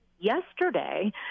yesterday